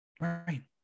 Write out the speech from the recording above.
Right